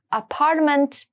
apartment